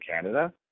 Canada